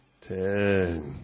Ten